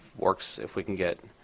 works if we can get